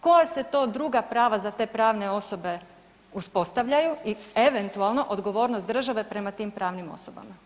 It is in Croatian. Koja se to druga prava za te pravne osobe uspostavljaju i eventualno odgovornost države prema tim pravnim osobama?